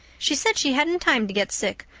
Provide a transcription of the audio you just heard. she said she hadn't time to get sick,